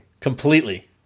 Completely